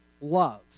love